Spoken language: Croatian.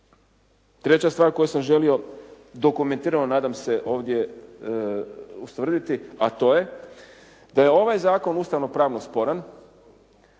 treća stvar koju sam želio, dokumentirano nadam se ovdje ustvrditi, a to je da je ovaj zakon ustavno-pravno sporan